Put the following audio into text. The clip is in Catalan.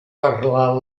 parlar